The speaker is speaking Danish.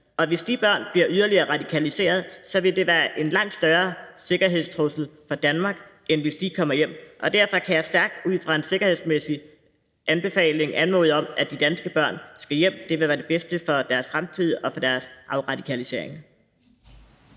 Og hvis de børn bliver yderligere radikaliseret, vil det være en langt større sikkerhedstrussel for Danmark, end hvis de kommer hjem. Derfor kan jeg ud fra en sikkerhedsmæssig anbefaling anmode om, at de danske børn skal hjem. Det vil være det bedste for deres fremtid og for deres afradikalisering.